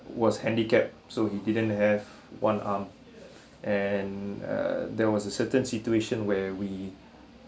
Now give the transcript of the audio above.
was handicapped so he didn't have one arm and mm eh there was a certain situation where